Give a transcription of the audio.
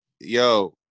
Yo